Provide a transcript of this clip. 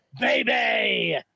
baby